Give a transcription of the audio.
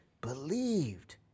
believed